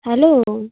hello